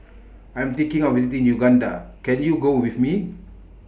I'm thinking of visiting Uganda Can YOU Go with Me